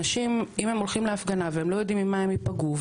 אם אנשים הולכים להפגנה והם לא יודעים ממה הם ייפגעו,